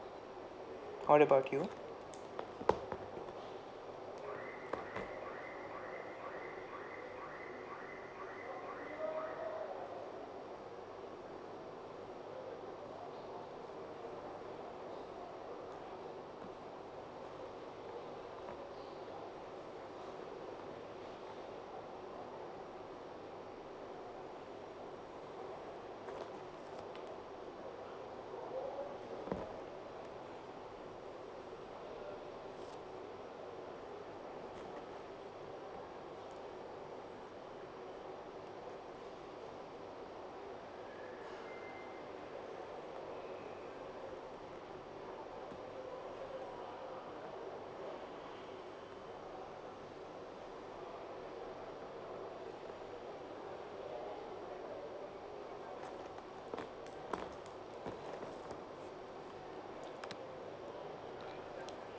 how about you